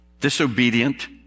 disobedient